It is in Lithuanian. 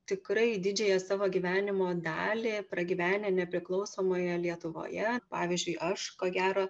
tikrai didžiąją savo gyvenimo dalį pragyvenę nepriklausomoje lietuvoje pavyzdžiui aš ko gero